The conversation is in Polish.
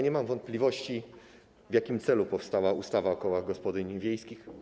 Nie mam wątpliwości, w jakim celu powstała ustawa o kołach gospodyń wiejskich.